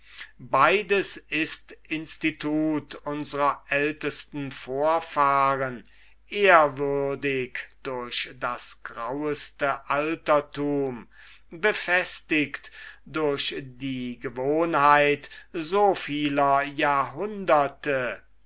beides ist institut unsrer ältesten vorfahren ehrwürdig durch das graueste altertum befestigt durch die gewohnheit so vieler jahrhunderte